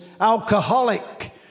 alcoholic